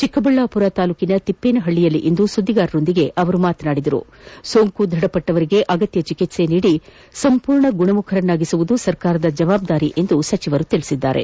ಚಿಕ್ಕಬಳ್ಳಾಮರ ತಾಲೂಕಿನ ತಿಪ್ಪೇನಹಳ್ಳಿಯಲ್ಲಿಂದು ಸುದ್ದಿಗಾರರೊಂದಿಗೆ ಮಾತನಾಡಿದ ಅವರು ಸೋಂಕು ದೃಢಪಟ್ಟವರಿಗೆ ಅಗತ್ಯ ಚಿಕಿತ್ಸೆ ನೀಡಿ ಸಂಪೂರ್ಣ ಗುಣಮುಖರನ್ನಾಗಿಸುವುದು ಸರ್ಕಾರದ ಜವಾಬ್ದಾರಿ ಎಂದು ಪೇಳಿದರು